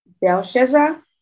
Belshazzar